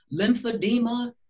Lymphedema